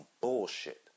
bullshit